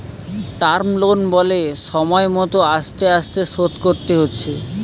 term loan বলে সময় মত আস্তে আস্তে শোধ করতে হচ্ছে